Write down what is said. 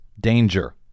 danger